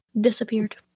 disappeared